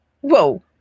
Whoa